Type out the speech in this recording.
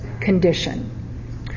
condition